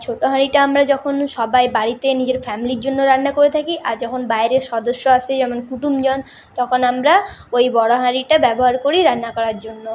ছোটো হাঁড়িটা আমরা যখন সবাই বাড়িতে নিজের ফ্যামিলির জন্য রান্না করে থাকি আর যখন বাইরের সদস্য আসে যেমন কুটুমজন তখন আমরা ওই বড় হাঁড়িটা ব্যবহার করি রান্না করার জন্য